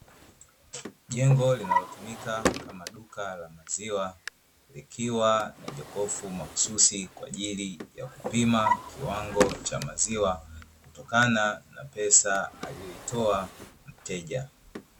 Jengo linalotumika kama duka la maziwa likiwa na jokofu mahususi kwa ajili ya kupima kiwango cha maziwa kutokana na pesa aliyoitoa mteja.